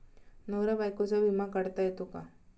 नवरा बायकोचा विमा काढता येतो का?